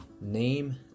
name